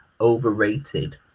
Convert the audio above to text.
overrated